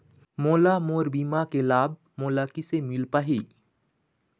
मोला मोर बीमा के लाभ मोला किसे मिल पाही?